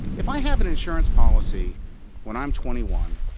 if i have an insurance policy when i'm twenty one,